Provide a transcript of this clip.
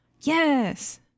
Yes